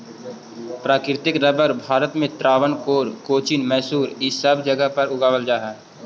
प्राकृतिक रबर भारत में त्रावणकोर, कोचीन, मैसूर इ सब जगह पर उगावल जा हई